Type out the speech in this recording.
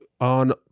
on